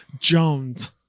jones